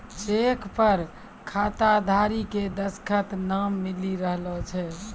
cheque पर खाताधारी के दसखत नाय मिली रहलो छै